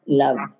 love